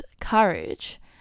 courage